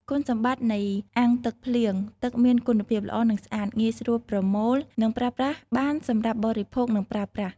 គុណសម្បត្តិនៃអាងទឹកភ្លៀង ទឹកមានគុណភាពល្អ និងស្អាត។ ងាយស្រួលប្រមូល និងប្រើប្រាស់បានសម្រាប់បរិភោគ និងប្រើប្រាស់។